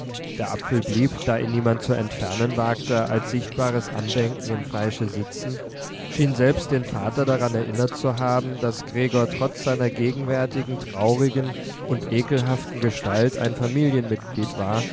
der apfel blieb da ihn niemand zu entfernen wagte als sichtbares andenken im fleische sitzen schien selbst den vater daran erinnert zu haben daß gregor trotz seiner gegenwärtigen traurigen und ekelhaften gestalt ein familienmitglied war